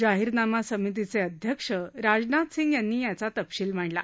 जाहिरनामा समितीचे अध्यक्ष राजनाथ सिंह यांनी याचा तपशील मांडला